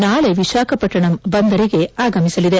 ನಾಳೆ ವಿಶಾಖಪಟ್ಟಣಂ ಬಂದರಿಗೆ ಆಗಮಿಸಲಿದೆ